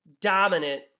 dominant